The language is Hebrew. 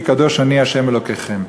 כי קדוש אני ה' אלוקיכם.